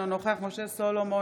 אינו נוכח משה סולומון,